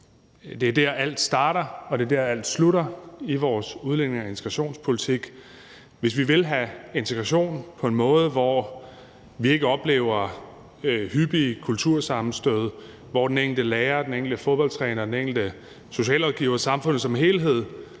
Det er dér, alt starter, og det er dér, alt slutter i vores udlændinge- og integrationspolitik. Hvis vi vil have integration på en måde, hvor vi ikke oplever hyppige kultursammenstød, og hvor den enkelte lærer og den enkelte fodboldtræner og den enkelte socialrådgiver og samfundet som helhed